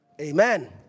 amen